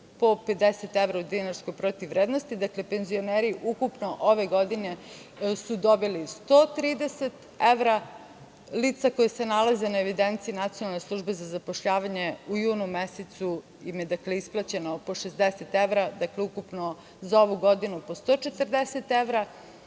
po 50 evra u dinarskoj protivvrednosti, dakle penzioneri ukupno ove godine su dobili 130 evra, lica koja se nalaze na evidenciji Nacionalne službe za zapošljavanje u junu mesecu im je isplaćeno po 60 evra, ukupno za ovu godinu po 140 evra.Za